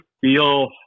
feel